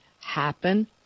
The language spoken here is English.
happen